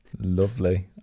lovely